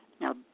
Now